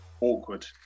Awkward